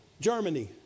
Germany